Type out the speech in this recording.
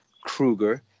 Kruger